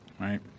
Right